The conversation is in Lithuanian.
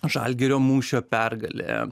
žalgirio mūšio pergalė